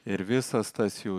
ir visas tas jų